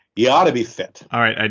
you ought to be fit all right.